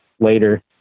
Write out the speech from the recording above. Later